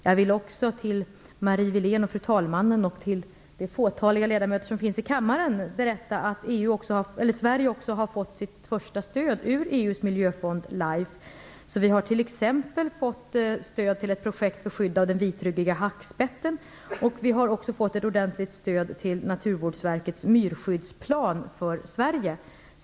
Jag vill också till Marie Wilén, till fru talmannen och till de fåtaliga ledamöter som finns i kammaren berätta att Sverige också har fått sitt första stöd ur EU:s miljöfond LIFE. Vi har t.ex. fått stöd till ett projekt för skydd av den vitryggiga hackspetten, och vi har också fått ett ordentligt stöd till Naturvårdsverkets myrskyddsplan för Sverige.